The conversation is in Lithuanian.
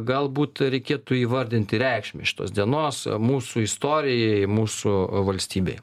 galbūt reikėtų įvardinti reikšmę šitos dienos mūsų istorijai mūsų valstybei